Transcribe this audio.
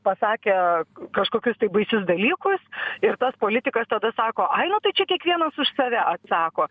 pasakė kažkokius baisius dalykus ir tas politikas tada sako ai nu tai čia kiekvienas už save atsako